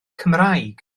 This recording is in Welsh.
cymraeg